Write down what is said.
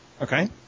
Okay